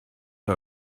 der